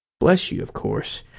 bless you, of course,